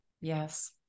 yes